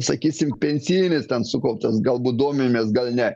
sakysim pensijinis ten sukauptas galbūt domimės gal ne